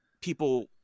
people